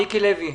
מיקי לוי.